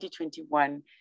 2021